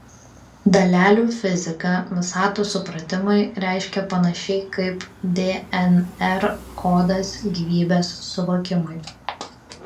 dalelių fizika visatos supratimui reiškia panašiai kaip dnr kodas gyvybės suvokimui